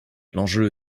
l’enjeu